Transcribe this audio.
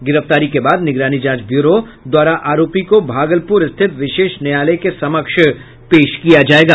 गिरफ्तारी के बाद निगरानी जांच ब्यूरो द्वारा आरोपी को भागलपुर स्थित विशेष न्यायालय के समक्ष पेश किया जायेगा